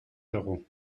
d’euros